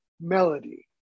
melody